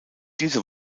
diese